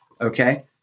Okay